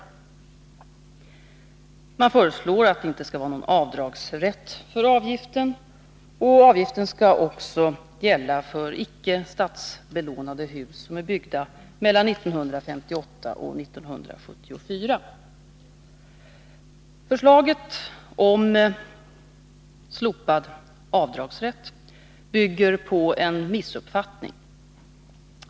Socialdemokraterna föreslår att det inte skall vara någon avdragsrätt för avgiften och att avgiften också skall gälla för icke statsbelånade hus som är byggda mellan 1958 och 1974. Förslaget om slopad avdragsrätt bygger på en missuppfattning.